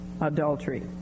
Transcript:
adultery